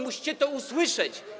Musicie to usłyszeć.